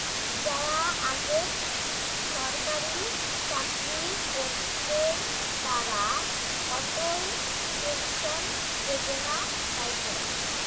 যারা আগেক ছরকারি চাকরি করতেন তারা অটল পেনশন যোজনা পাইচুঙ